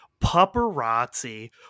Paparazzi